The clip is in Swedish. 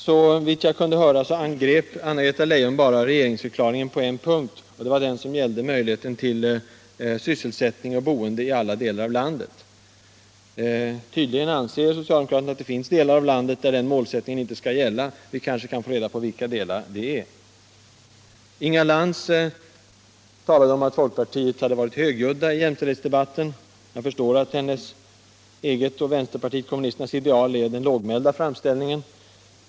Såvitt jag kunde höra angrep Anna-Greta Leijon regeringsförklaringen bara på en punkt, nämligen den som gällde möjligheterna till sysselsättning och boende i alla delar av landet. Tydligen anser socialdemokraterna att det finns delar av landet där den målsättningen inte skall gälla. Vi kanske kan få reda på vilka delar det är fråga om. Inga Lantz talade om att vi från folkpartiet hade varit högljudda i jämställdhetsdebatten. Jag förstår att hennes eget och vänsterpartiet kommunisternas ideal är den lågmälda framställningen.